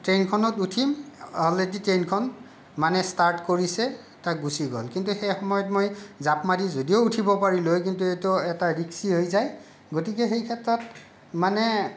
ট্ৰেইনখনত উঠিম অলৰেডি ট্ৰেইনখন মানে ষ্টাৰ্ট কৰিছে তাৰ গুছি গ'ল সেইসময়ত মই জাঁপ মাৰি যদিও উঠিব পাৰিলোঁ হয় কিন্তু এইটো এটা ৰিস্কি হৈ যায় গতিকে সেই ক্ষেত্ৰত মানে